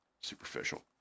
superficial